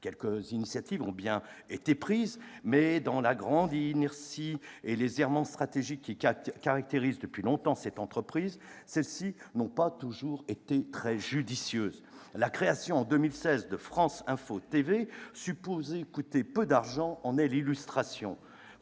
Quelques initiatives ont bien été prises, mais, dans la grande inertie et les errements stratégiques qui caractérisent depuis longtemps cette entreprise, celles-ci n'ont pas toujours été très judicieuses. La création en 2016 de France Info TV, supposée coûter peu d'argent, en est l'illustration.